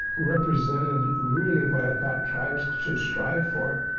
represented really what i thought tribes should strive for it.